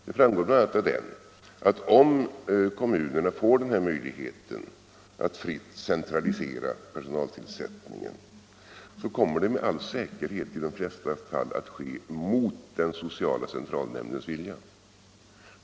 Det framgår bl.a. av skrivelsen att om kommunerna får denna möjlighet att fritt centralisera personaltillsättningen så kommer det med all sannolikhet i de flesta fall att ske mot den sociala centralnämndens vilja.